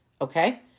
Okay